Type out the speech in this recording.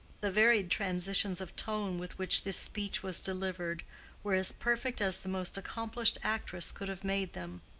the varied transitions of tone with which this speech was delivered were as perfect as the most accomplished actress could have made them.